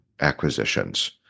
acquisitions